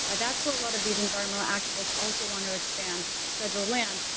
ah that's where a lot of these environmental activists also want to expand federal land.